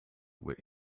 with